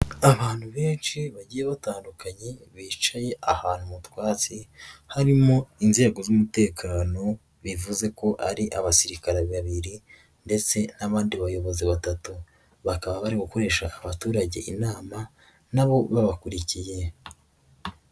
Abantu benshi bagiye batandukanye bicaye ahantu mu twatsi harimo inzego z'umutekano, bivuze ko ari abasirikare babiri ndetse n'abandi bayobozi batatu bakaba bari gukoresha abaturage inama na bo babakurikiye.